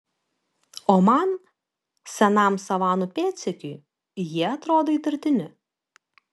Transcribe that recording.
o man senam savanų pėdsekiui jie atrodo įtartini